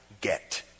get